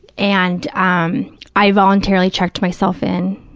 and um i voluntarily checked myself in